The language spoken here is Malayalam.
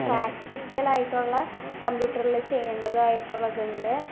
പ്രാക്ടിക്കൽ ആയിട്ടുള്ള കംപ്യൂട്ടറിൽ ചെയ്യേണ്ടതായിട്ടുള്ളതുണ്ട്